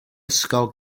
ysgol